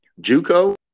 Juco